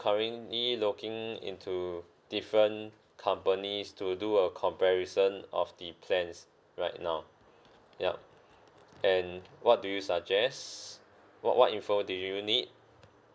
currently looking into different companies to do a comparison of the plans right now yup and what do you suggest what what info do you need